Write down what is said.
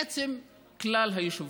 בעצם כלל היישובים.